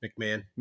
McMahon